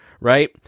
right